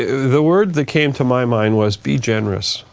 the word that came to my mind was be generous.